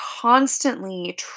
constantly